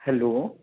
hello